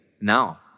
Now